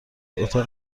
اتاق